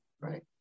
right